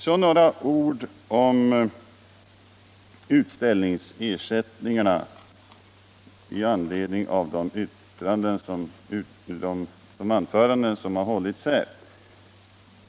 Så några ord om utställningsersättningarna med anledning av de anföranden som har hållits här.